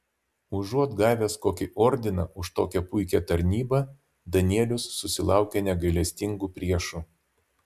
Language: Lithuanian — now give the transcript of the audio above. užuot gavęs kokį ordiną už tokią puikią tarnybą danielius susilaukia negailestingų priešų